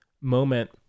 moment